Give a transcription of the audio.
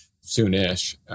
soon-ish